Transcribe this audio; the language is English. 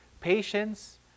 patience